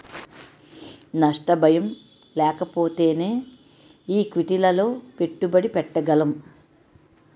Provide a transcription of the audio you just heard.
నష్ట భయం లేకపోతేనే ఈక్విటీలలో పెట్టుబడి పెట్టగలం